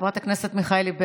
חברת הכנסת מיכאלי,